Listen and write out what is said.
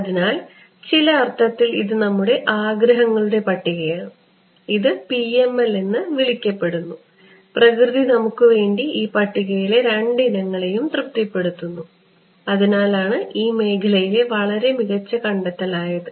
അതിനാൽ ചില അർത്ഥത്തിൽ ഇത് നമ്മുടെ ആഗ്രഹങ്ങളുടെ പട്ടികയാണ് ഇത് PML എന്ന് വിളിക്കപ്പെടുന്നു പ്രകൃതി നമുക്കു വേണ്ടി ഈ പട്ടികയിലെ രണ്ട് ഇനങ്ങളെയും തൃപ്തിപ്പെടുത്തുന്നു അതിനാലാണ് ഇത് ഈ മേഖലയിലെ വളരെ മികച്ച കണ്ടെത്തലായത്